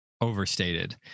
overstated